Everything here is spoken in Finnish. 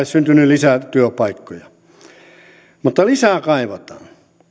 syntynyt lisää työpaikkoja mutta lisää kaivataan